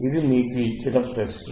ఇది మీకు ఇచ్చిన ప్రశ్న